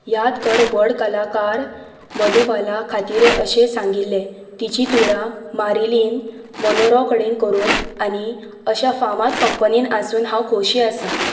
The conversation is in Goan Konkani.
याद कर व्हड कलाकार मधुबाला खातीर अशें सांगिल्लें तिचीं तुळा मारिलीन मनरो कडेन करून आनी अश्या फामाद कंपनीत आसून हांव खोशी आसा